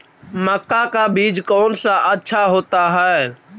मक्का का बीज कौन सा अच्छा होता है?